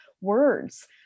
words